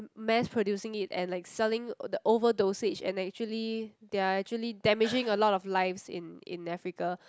mass producing it and like selling the over dosage and actually they are actually damaging a lot of lives in in Africa